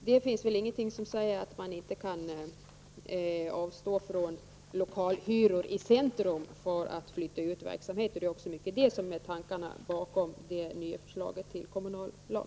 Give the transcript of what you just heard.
Det finns väl ingenting som säger att man inte kan avstå från lokalhyror i centrum genom att flytta ut verksamhet. Det är mycket det som är tanken bakom det nya förslaget till kommunallag.